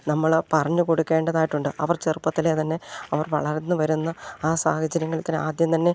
നമ്മൾ പറഞ്ഞു കൊടുക്കേണ്ടതായിട്ടുണ്ട് അവർ ചെറുപ്പത്തിലേ തന്നെ അവർ വളർന്നു വരുന്ന ആ സാഹചര്യങ്ങൾക്ക് ആദ്യം തന്നെ